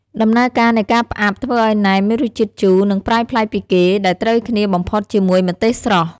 ដំណើរការនៃការផ្អាប់ធ្វើឱ្យណែមមានរសជាតិជូរ និងប្រៃប្លែកពីគេ ដែលត្រូវគ្នាបំផុតជាមួយម្ទេសស្រស់។